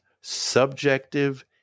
subjective